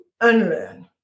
unlearn